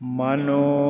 mano